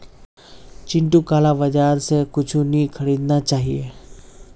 चिंटूक काला बाजार स कुछू नी खरीदना चाहिए